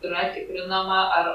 yra tikrinama ar